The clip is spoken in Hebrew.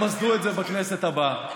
שתמסדו את זה בכנסת הבאה.